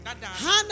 Hannah